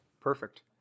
perfect